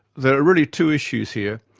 there are really two issues here.